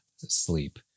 sleep